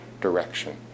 direction